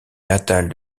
natale